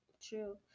True